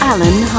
Alan